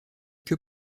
que